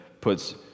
puts